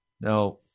Now